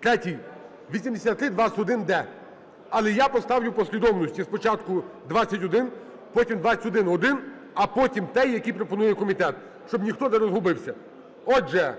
третій, 8321-д. Але я поставлю в послідовності, спочатку 21, потім 21-1, а потім той, який пропонує комітет, щоб ніхто не розгубився. Отже,